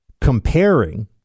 comparing